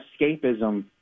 escapism